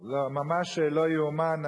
לא, ממש לא ייאמן.